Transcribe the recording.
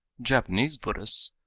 japanese buddhists,